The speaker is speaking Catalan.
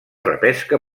repesca